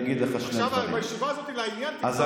עכשיו, בישיבה הזאת, לעניין, לא.